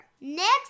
Next